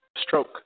Stroke